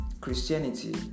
Christianity